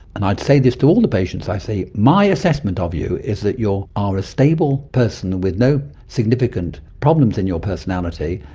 and i'd say this to all the patients, i'd say, my assessment of you is that you are ah stable person with no significant problems in your personality.